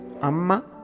Amma